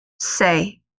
say